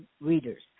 readers